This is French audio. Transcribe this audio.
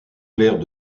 claires